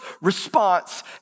response